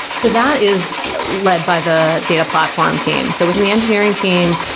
so that is led by the data platform team. so within the engineering team,